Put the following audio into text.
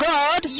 God